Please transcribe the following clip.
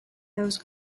those